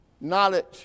knowledge